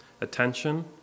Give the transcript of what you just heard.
attention